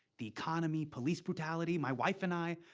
the economy, police brutality, my wife and i,